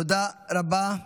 תודה רבה.